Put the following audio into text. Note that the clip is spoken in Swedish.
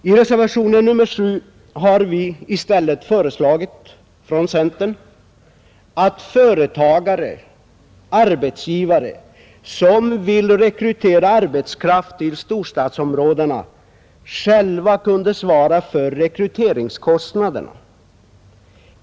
I reservationen 7 har centerpartiets representanter i utskottet i stället föreslagit att företagare/arbetsgivare, som vill rekrytera arbetskraft till storstadsområdena, själva kunde svara för rekryteringskostnaderna.